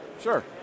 Sure